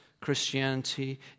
Christianity